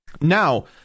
Now